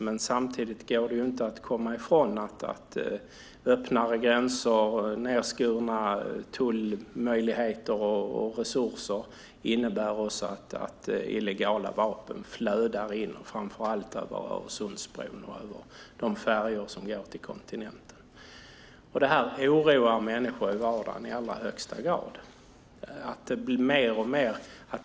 Men samtidigt går det inte att komma ifrån att öppnare gränser och nedskurna resurser för tullen innebär att illegala vapen flödar in framför allt över Öresundsbron och med de färjor som går till kontinenten. Det här oroar i allra högsta grad människor i vardagen.